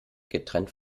getrennt